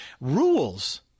rules